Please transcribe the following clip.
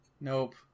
Nope